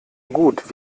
gut